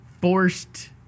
forced